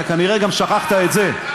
אתה כנראה גם שכחת את זה.